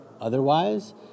otherwise